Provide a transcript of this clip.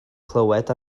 clywed